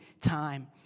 time